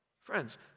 Friends